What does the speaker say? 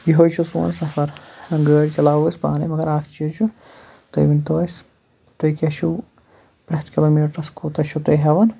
یِہوے چھُ سون سَفر گٲڑی چلاوو أسۍ پانٕے مَگر اکھ چیٖز چھُ تُہی ؤنتواَسہِ تُہۍ کیاہ چھِو پرٮ۪تھ کِلوٗمیٖٹرَس کوٗتاہ چھِو تُہۍ ہیوان